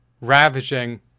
ravaging